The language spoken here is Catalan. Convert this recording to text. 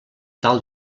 tal